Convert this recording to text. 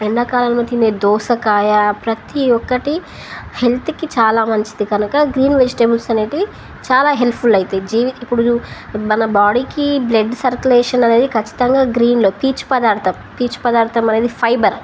ఎండాకాలంలో తినే దోసకాయ ప్రతి ఒక్కటి హెల్త్కి చాలా మంచిది కనుక గ్రీన్ వెజిటేబుల్స్ అనేవి చాలా హెల్ప్ఫుల్ అయితయి జీవి ఇప్పుడు మన బాడీకి బ్లడ్ సర్కులేషన్ అనేది ఖచ్చితంగా గ్రీన్లో పీచ్ పదార్థం పీచ్ పదార్థం అనేది ఫైబర్